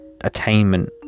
attainment